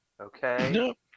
okay